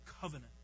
covenant